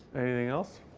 anything else?